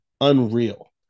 unreal